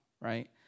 Right